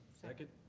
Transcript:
second.